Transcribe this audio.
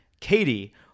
Katie